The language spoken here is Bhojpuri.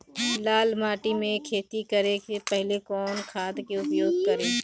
लाल माटी में खेती करे से पहिले कवन खाद के उपयोग करीं?